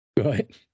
Right